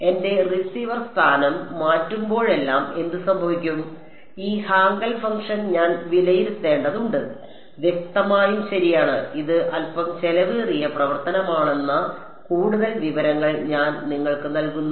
എന്റെ റിസീവർ സ്ഥാനം മാറ്റുമ്പോഴെല്ലാം എന്ത് സംഭവിക്കും ഈ ഹാങ്കെൽ ഫംഗ്ഷൻ ഞാൻ വിലയിരുത്തേണ്ടതുണ്ട് വ്യക്തമായും ശരിയാണ് ഇത് അൽപ്പം ചെലവേറിയ പ്രവർത്തനമാണെന്ന കൂടുതൽ വിവരങ്ങൾ ഞാൻ നിങ്ങൾക്ക് നൽകുന്നു